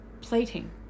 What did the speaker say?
plating